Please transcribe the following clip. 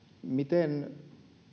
miten